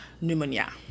Pneumonia